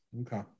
Okay